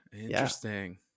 Interesting